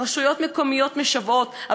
רשויות מקומיות משוועות.